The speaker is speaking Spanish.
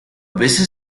veces